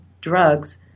drugs